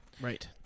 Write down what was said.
right